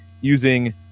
using